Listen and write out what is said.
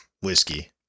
Whiskey